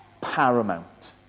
paramount